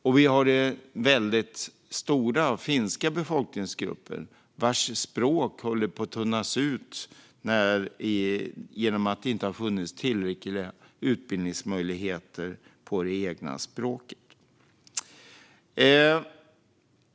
Och den väldigt stora finska befolkningsgruppens språk håller på att tunnas ut, eftersom det inte har funnits tillräckliga utbildningsmöjligheter på det egna språket.